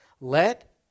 Let